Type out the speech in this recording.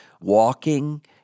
walking